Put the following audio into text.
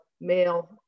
male